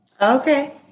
okay